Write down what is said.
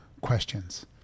questions